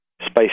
Space